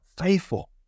faithful